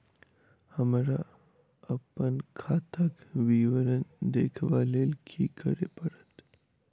हमरा अप्पन खाताक विवरण देखबा लेल की करऽ पड़त?